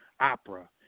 Opera